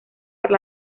para